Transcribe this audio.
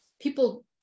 people